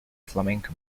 flamenco